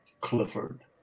Clifford